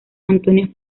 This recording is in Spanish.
antonio